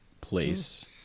place